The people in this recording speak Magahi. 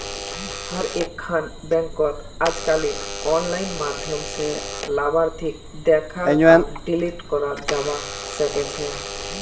हर एकखन बैंकत अजकालित आनलाइन माध्यम स लाभार्थीक देखाल आर डिलीट कराल जाबा सकेछे